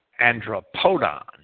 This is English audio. andropodon